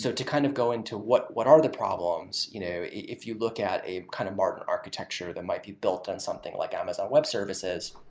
so to kind of go into what what are the problems, you know if you look at a kind of modern architecture that might be built on something like amazon web services,